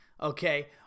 okay